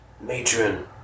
Matron